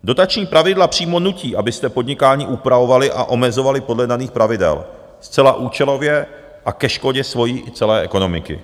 Dotační pravidla přímo nutí, abyste podnikání upravovali a omezovali podle daných pravidel zcela účelově a ke škodě svojí i celé ekonomiky.